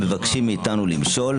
העם אמר את דברו שהם מבקשים מאיתנו למשול.